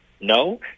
No